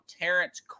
Terrence